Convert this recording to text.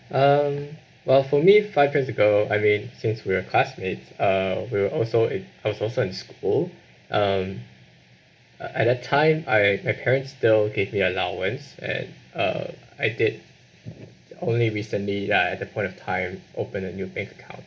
um well for me five years ago I mean since we are classmates uh we're also in are also in school um uh at that time I my parents still give me allowance and uh I did only recently ya at that point of time open a new bank account